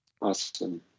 awesome